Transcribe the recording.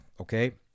okay